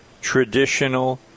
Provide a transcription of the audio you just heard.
traditional